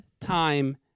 time